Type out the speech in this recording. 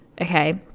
okay